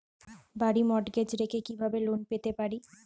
বাড়ি মর্টগেজ রেখে কিভাবে লোন পেতে পারি?